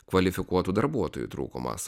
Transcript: kvalifikuotų darbuotojų trūkumas